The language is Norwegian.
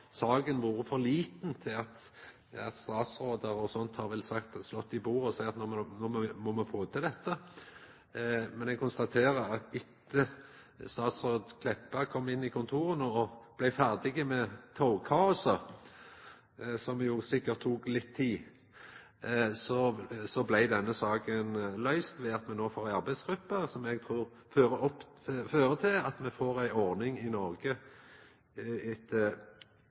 saka vore for lita til at statsrådar og sånt har slått i bordet og sagt at no må me få til dette, men eg konstaterer at etter at statsråd Meltveit Kleppa kom inn i kontora og blei ferdig med togkaoset, som jo sikkert tok litt tid, blei denne saka løyst ved at me no får ei arbeidsgruppe, som eg trur fører til at me får ei ordning i Noreg etter